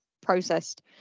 processed